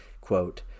Quote